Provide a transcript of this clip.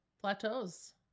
plateaus